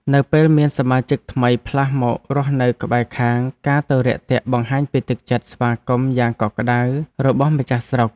នៅពេលមានសមាជិកថ្មីផ្លាស់មករស់នៅក្បែរខាងការទៅរាក់ទាក់បង្ហាញពីទឹកចិត្តស្វាគមន៍យ៉ាងកក់ក្តៅរបស់ម្ចាស់ស្រុក។